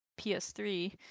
PS3